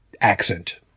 accent